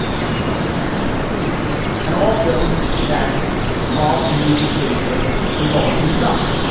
this is something that howard argued and also that ralph knew the taser was all used up.